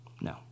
No